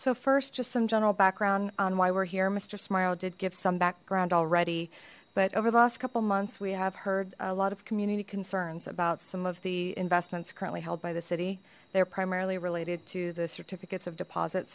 so first just some general background on why we're here mister smile did give some background already but over the last couple months we have heard a lot of community concerns about some of the investments currently held by the city they're primarily related to the certificates of deposit